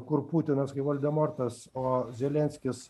kur putinas kaip voldemortas o zelenskis